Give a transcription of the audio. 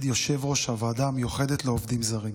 יושב-ראש הוועדה המיוחדת לעובדים זרים.